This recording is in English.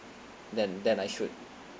than than I should